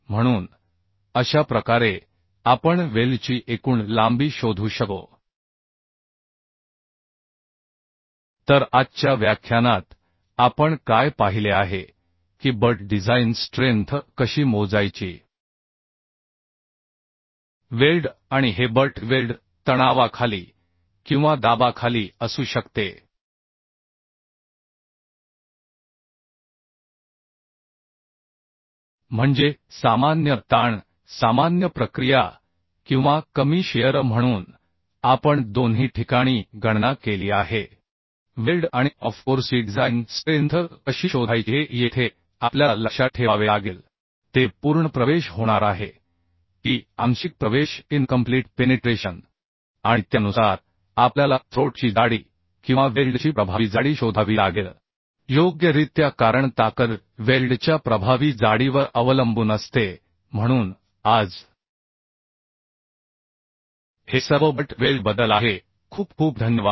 म्हणून अशा प्रकारे आपण वेल्डची एकूण लांबी शोधू शकतो तर आजच्या व्याख्यानात आपण काय पाहिले आहे की बट डिझाइन स्ट्रेंथ कशी मोजायची वेल्ड आणि हे बट वेल्ड तणावाखाली किंवा दाबाखाली असू शकते म्हणजे सामान्य ताण सामान्य प्रक्रिया किंवा कमी शिअर म्हणून आपण दोन्ही ठिकाणी गणना केली आहे वेल्ड आणि ऑफ कोर्सची डिझाइन स्ट्रेंथ कशी शोधायची हे येथे आपल्याला लक्षात ठेवावे लागेल ते पूर्ण प्रवेश होणार आहे की आंशिक प्रवेश इनकम्प्लीट पेनिट्रेशन आणि त्यानुसार आपल्याला थ्रोट ची जाडी किंवा वेल्डची प्रभावी जाडी शोधावी लागेल योग्यरित्या कारण ताकद वेल्डच्या प्रभावी जाडीवर अवलंबून असते म्हणून आज हे सर्व बट वेल्डबद्दल आहे खूप खूप धन्यवाद